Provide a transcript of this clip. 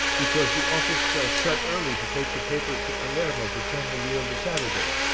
because the office shall shut early to take the papers to palermo to turn the wheel the saturday.